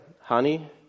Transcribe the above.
honey